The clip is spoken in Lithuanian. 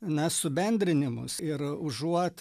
na subendrinimus ir užuot